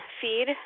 feed